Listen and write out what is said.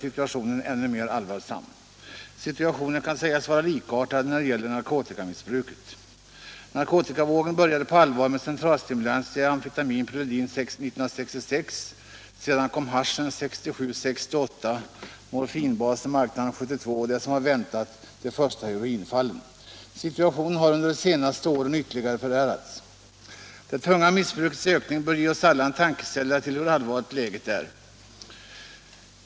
Situationen kan sägas vara likartad när det gäller narkotikamissbruket. Narkotikavågen började på allvar med centralstimulantia. Amfetaminpreludin kom 1966. Sedan kom haschen 1967-1968. Morfinbas kom därefter i marknaden, och 1972 — det som var väntat — de första heroinfallen. Situationen har under de senaste åren ytterligare förvärrats. Det tunga missbrukets ökning bör ge oss alla en tankeställare om hur allvarligt läget är.